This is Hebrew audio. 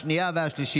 אין מתנגדים, אין נמנעים.